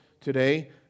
today